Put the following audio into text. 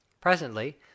Presently